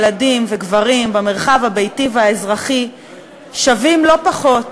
ילדים וגברים במרחב הביתי והאזרחי שווים לא פחות